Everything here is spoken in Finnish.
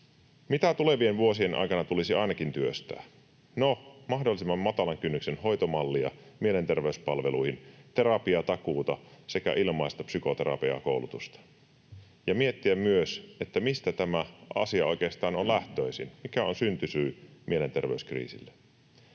Mitä tulevien vuosien aikana tulisi ainakin työstää? No, mahdollisimman matalan kynnyksen hoitomallia mielenterveyspalveluihin, terapiatakuuta sekä ilmaista psykoterapiakoulutusta. Tulee miettiä myös, mistä tämä asia oikeastaan on lähtöisin, mikä on syntysyy mielenterveyskriisiin.